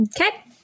Okay